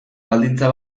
baldintza